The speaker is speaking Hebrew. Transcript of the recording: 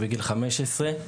בגיל חמש עשרה.